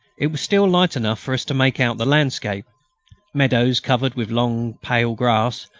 it was still light enough for us to make out the landscape meadows covered with long pale grass,